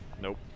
Nope